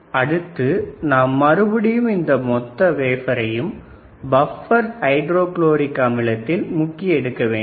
அடுத்து நாம் மறுபடியும் இந்த மொத்த வேஃபரையும் பப்பர் ஹைட்ரோகுளோரிக் அமிலத்தில் முக்கி எடுக்க வேண்டும்